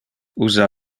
usa